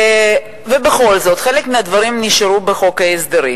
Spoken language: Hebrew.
ובכל זאת, חלק מהדברים נשארו בחוק ההסדרים,